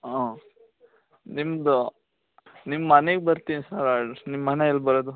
ಹಾಂ ನಿಮ್ಮದು ನಿಮ್ಮ ಮನೆಗ್ ಬರ್ತೀನಿ ಸರ್ ನಿಮ್ಮ ಮನೆ ಎಲ್ಲಿ ಬರೋದು